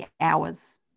hours